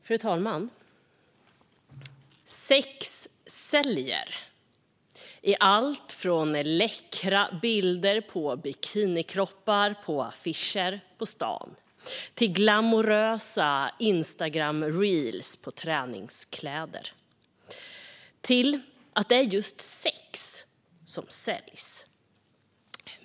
Fru talman! Sex säljer, i allt från läckra bilder på bikinikroppar på affischer på stan och glamorösa Instagram Reels med träningskläder till att det är just sex som säljs.